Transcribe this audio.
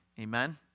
Amen